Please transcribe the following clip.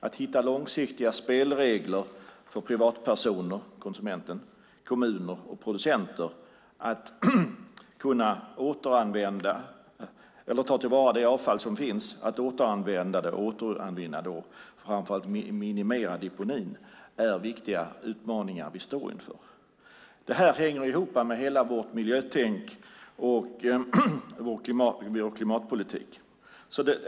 Att hitta långsiktiga spelregler för privatpersoner, konsumenten, kommuner och producenter att kunna återanvända eller ta till vara det avfall som finns, återvinna det och framför allt minimera deponin är en av de viktiga utmaningar vi står inför. Det hänger ihop med hela vårt miljötänk och vår miljö och klimatpolitik.